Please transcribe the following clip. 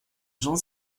jean